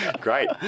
Great